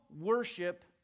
worship